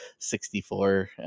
64